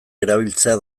erabiltzea